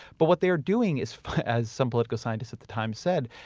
but what they are doing is as some political scientist at the time said,